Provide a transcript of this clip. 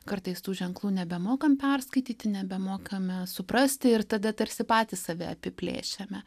kartais tų ženklų nebemokam perskaityti nebemokame suprasti ir tada tarsi patys save apiplėšiame